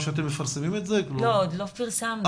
עוד לא פרסמנו,